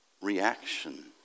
reaction